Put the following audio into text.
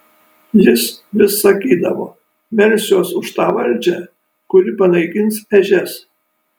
jis vis sakydavo melsiuos už tą valdžią kuri panaikins ežias